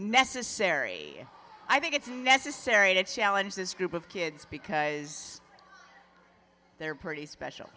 necessary i think it's necessary to challenge this group of kids because they're pretty special